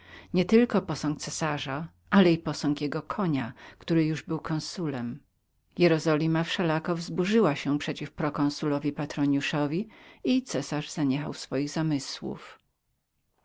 nietylko cesarza posąg ale i jego konia który już był konsulem jerozolima wszelako wzburzyła się przeciw prokonsulowi petroniusowi i cesarz zaniechał swoich zamiarów